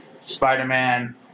Spider-Man